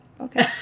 Okay